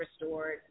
restored